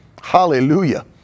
Hallelujah